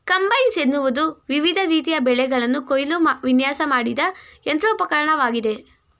combines ಎನ್ನುವುದು ವಿವಿಧ ರೀತಿಯ ಬೆಳೆಗಳನ್ನು ಕುಯ್ಯಲು ವಿನ್ಯಾಸ ಮಾಡಿದ ಯಂತ್ರೋಪಕರಣವಾಗಿದೆ